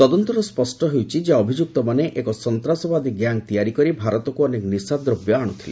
ତଦନ୍ତରୁ ସ୍ୱଷ୍ଟ ଯେ ଅଭିଯୁକ୍ତମାନେ ଏକ ସନ୍ତାସବାଦୀ ଗ୍ୟାଙ୍ଗ ତିଆରି କରି ଭାରତକୁ ଅନେକ ନିଶାଦବ୍ୟ ଆଣ୍ରଥିଲେ